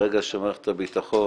ברגע שמערכת הביטחון